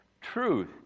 truth